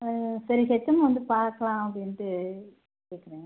சரி ஹெச்எம்யை வந்து பார்க்கலாம் அப்படின்ட்டு கேட்குறேன்